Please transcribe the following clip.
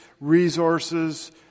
resources